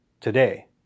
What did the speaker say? today